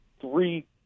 three